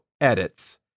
edits